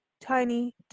tiny